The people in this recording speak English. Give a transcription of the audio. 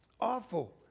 awful